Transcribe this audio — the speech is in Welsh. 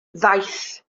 ddaeth